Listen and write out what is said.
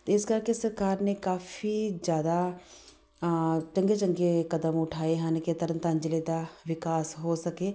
ਇਸ ਕਰਕੇ ਸਰਕਾਰ ਨੇ ਕਾਫ਼ੀ ਜ਼ਿਆਦਾ ਚੰਗੇ ਚੰਗੇ ਕਦਮ ਉਠਾਏ ਹਨ ਕਿ ਤਰਨ ਤਾਰਨ ਜ਼ਿਲ੍ਹੇ ਦਾ ਵਿਕਾਸ ਹੋ ਸਕੇ